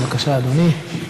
בבקשה, אדוני.